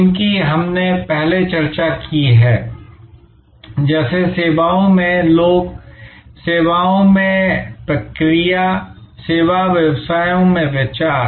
जिनकी हमने पहले चर्चा की है जैसे सेवाओं में लोग सेवाओं में प्रक्रिया सेवा व्यवसायों में प्रचार